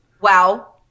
Wow